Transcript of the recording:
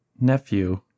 nephew